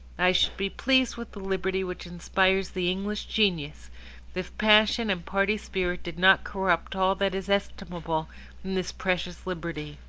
i should be pleased with the liberty which inspires the english genius if passion and party spirit did not corrupt all that is estimable in this precious liberty.